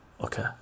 okay